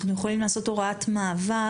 אנחנו יכולים לעשות הוראת מעבר,